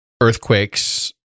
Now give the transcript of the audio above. earthquakes